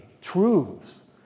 truths